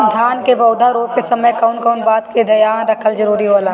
धान के पौधा रोप के समय कउन कउन बात के ध्यान रखल जरूरी होला?